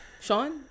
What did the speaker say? sean